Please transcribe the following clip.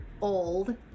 old